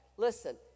Listen